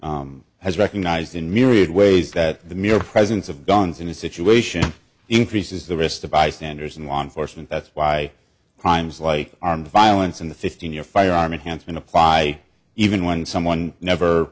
has recognized in myriad ways that the mere presence of guns in a situation increases the risk of bystanders in law enforcement that's why crimes like armed violence in the fifteen year firearm enhanced and apply even when someone never